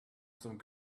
some